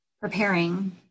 preparing